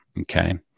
Okay